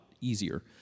easier